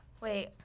Wait